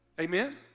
amen